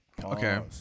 Okay